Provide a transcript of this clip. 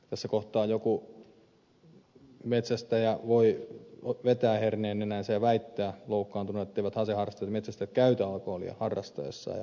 tässä kohtaa joku metsästäjä voi vetää herneen nenäänsä ja väittää loukkaantuneena etteivät aseharrastajat ja metsästäjät käytä alkoholia harrastaessaan